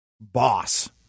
boss